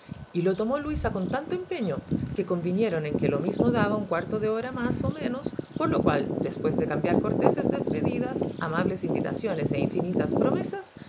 y lo tomó luisa con tanto empeño que convinieron en que lo mismo daba un cuarto de hora más o menos por lo cual después de cambiar corteses despedidas amables invitaciones e infinitas promesas